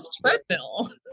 treadmill